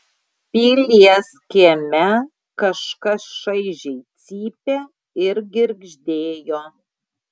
pilies kieme kažkas šaižiai cypė ir girgždėjo